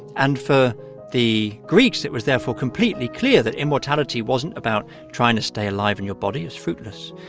and for the greeks it was, therefore, completely clear that immortality wasn't about trying to stay alive in your body. it's fruitless.